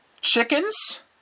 chickens